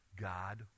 God